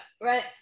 right